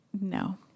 No